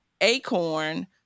Acorn